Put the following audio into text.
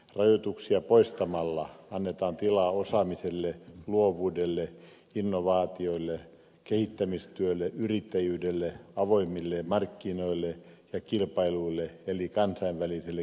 rajoituksia poistamalla annetaan tilaa osaamiselle luovuudelle innovaatioille kehittämistyölle yrittäjyydelle avoimille markkinoille ja kilpailulle eli kansainväliselle kilpailukyvylle